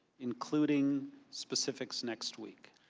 including specifics next week.